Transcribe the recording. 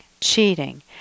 cheating